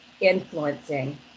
influencing